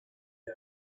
him